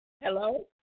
Hello